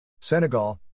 Senegal